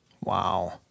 Wow